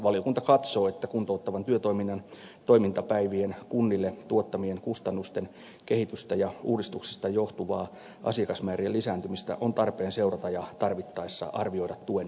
valiokunta katsoo että kuntouttavan työtoiminnan toimintapäivien kunnille tuottamien kustannusten kehitystä ja uudistuksesta johtuvaa asiakasmäärien lisääntymistä on tarpeen seurata ja tarvittaessa arvioida tuen määrä uudelleen